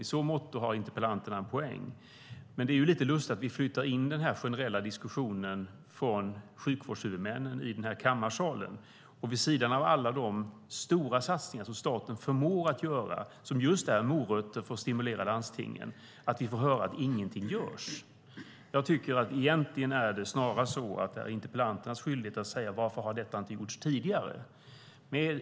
I så måtto har interpellanterna en poäng. Men det är lite lustigt att vi flyttar in den generella diskussionen från sjukvårdshuvudmännen in i kammarsalen. Vid sidan av alla de stora satsningar som staten förmår att göra, som just är morötter för att stimulera landstingen, får vi höra att ingenting görs. Det är snarare interpellanternas skyldighet att säga: Varför har inte detta gjorts tidigare?